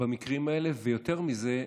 במקרים האלה, ויותר מזה,